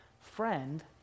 friend